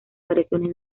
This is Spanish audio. variaciones